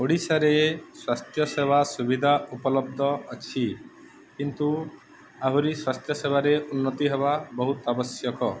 ଓଡ଼ିଶାରେ ସ୍ୱାସ୍ଥ୍ୟ ସେବା ସୁବିଧା ଉପଲବ୍ଧ ଅଛି କିନ୍ତୁ ଆହୁରି ସ୍ୱାସ୍ଥ୍ୟ ସେବାରେ ଉନ୍ନତି ହେବା ବହୁତ ଆବଶ୍ୟକ